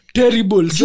terrible